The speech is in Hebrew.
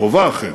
היא קרובה, אכן,